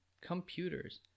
computers